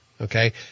okay